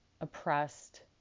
oppressed